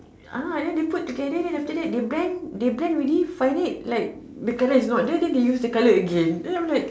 uh then they put together then after that they blend they blend already find it like the colour is not there then they use the colour again then I'm like